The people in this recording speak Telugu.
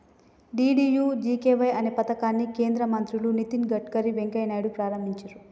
డీ.డీ.యూ.జీ.కే.వై అనే పథకాన్ని కేంద్ర మంత్రులు నితిన్ గడ్కరీ, వెంకయ్య నాయుడులు ప్రారంభించిర్రు